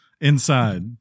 Inside